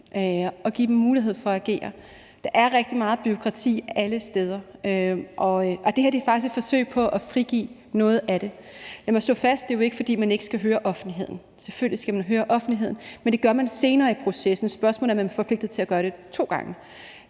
og give dem mulighed for at agere. Der er rigtig meget bureaukrati alle steder, og det her er faktisk et forsøg på at frigive noget af det. Lad mig slå fast, at det jo ikke er, fordi man ikke skal høre offentligheden – selvfølgelig skal man høre offentligheden – men det gør man senere i processen. Spørgsmålet er, om man er forpligtet til at gøre det to gange.